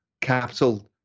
Capital